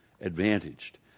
advantaged